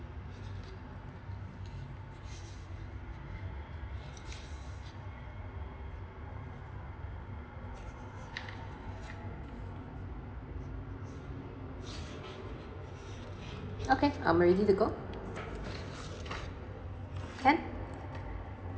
okay I'm ready to go can